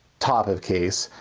top of case,